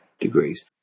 degrees